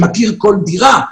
שמכיר כל דירה.